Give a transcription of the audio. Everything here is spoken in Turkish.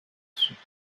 sürdü